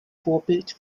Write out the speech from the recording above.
vorbild